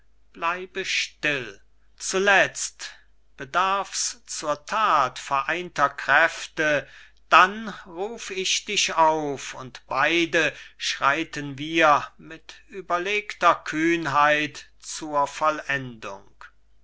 bleibe still zuletzt bedarf's zur that vereinter kräfte dann ruf ich dich auf und beide schreiten wir mit überlegter kühnheit zur vollendung